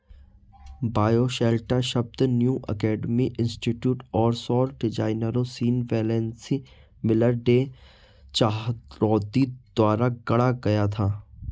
bioshelter शब्द new alchemy institute और सौर डिजाइनरों Sean Wellesley Miller, Day Chahroudi द्वारा गढ़ा गया था